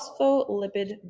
phospholipid